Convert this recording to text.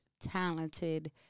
talented